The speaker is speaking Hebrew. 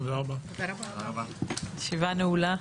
הישיבה נעולה.